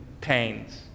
pains